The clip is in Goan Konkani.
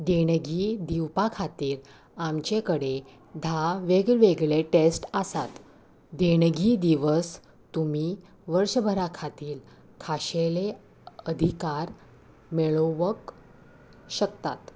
देणगी दिवपा खातीर आमचे कडेन धा वेगवेगळे टॅस्ट आसात देणगी दिवस तुमी वर्सभरा खातीर खाशेले अधिकार मेळोवंक शकतात